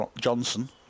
Johnson